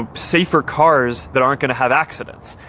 ah safer cars that aren't going to have accidents,